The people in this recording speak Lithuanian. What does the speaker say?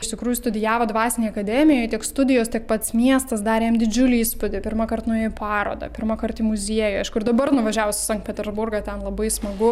iš tikrųjų studijavo dvasinėj akademijoj tiek studijos tiek pats miestas darė jam didžiulį įspūdį pirmąkart nuėjo į parodą pirmąkart į muziejų aišku ir dabar nuvažiavus į sankt peterburgą ten labai smagu